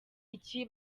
iki